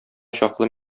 чаклы